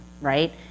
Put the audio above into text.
Right